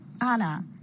Anna